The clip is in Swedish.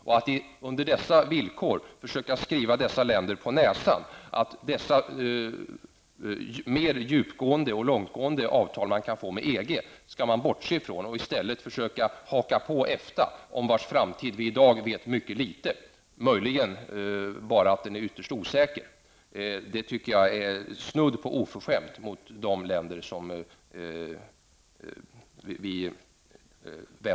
Det är snudd på oförskämt mot dessa länder att skriva dem på näsan att de under dessa villkor skall bortse från de mer långtgående avtal som de kan få med EG och att de i stället skall försöka haka på EFTA, om vars framtid vi i dag vet mycket litet -- möjligen bara att den är ytterst osäker.